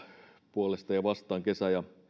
puolesta ja vastaan kesä ja